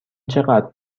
چقدر